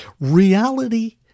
Reality